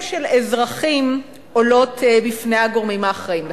של אזרחים עולות בפני הגורמים האחראים לכך.